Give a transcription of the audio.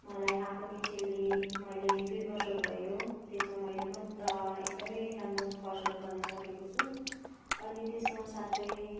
मलाई हाकोनी चिल्ली मैले दुई वर्ष भयो त्यसमा मैले एकदमै राम्रो फसल गर्नसकेको छु अनि त्यसमा साथै